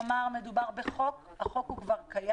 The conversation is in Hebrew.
כלומר מדובר בחוק שקיים,